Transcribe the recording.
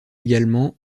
également